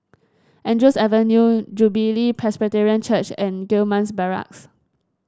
Andrews Avenue Jubilee Presbyterian Church and Gillman's Barracks